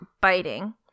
biting